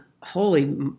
holy